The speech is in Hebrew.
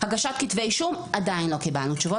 הגשת כתבי אישום עדיין לא קיבלנו תשובות,